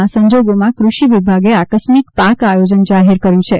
આ સંજોગોમાં કૂષિ વિભાગે આકસ્મિક પાક આયોજન જાહેર કર્યું છે